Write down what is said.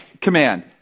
command